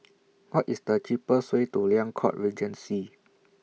What IS The cheapest Way to Liang Court Regency